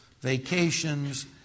vacations